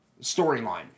storyline